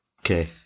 Okay